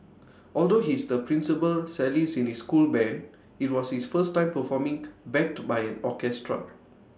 although he is the principal cellist in his school Band IT was his first time performing backed by an orchestra